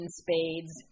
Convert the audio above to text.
spades